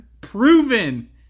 proven